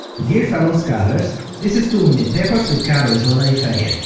dear fellow scholars, this is two minute papers with karoly zsolnai-feher.